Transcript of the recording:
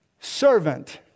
servant